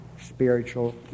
spiritual